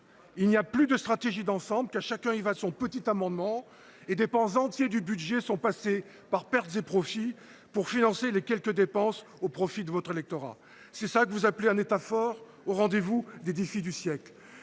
Il n’y a plus de stratégie d’ensemble : chacun y va de son petit amendement, et des pans entiers du budget sont passés par pertes et profits pour financer les quelques dépenses consenties au profit de votre électorat. C’est cela que vous appelez un État fort, au rendez vous des défis du siècle